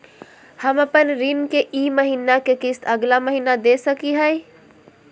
हम अपन ऋण के ई महीना के किस्त अगला महीना दे सकी हियई?